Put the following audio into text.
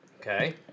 Okay